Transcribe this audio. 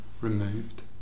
removed